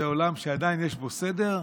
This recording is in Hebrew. זה עולם שעדיין יש בו סדר,